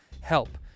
help